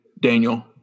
Daniel